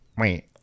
wait